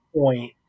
point